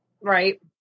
Right